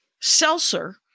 seltzer